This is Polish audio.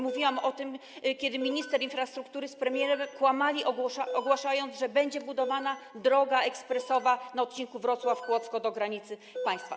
Mówiłam o tym, kiedy minister infrastruktury z premierem kłamali, ogłaszając, że będzie budowana droga ekspresowa na odcinku Wrocław - Kłodzko do granicy państwa.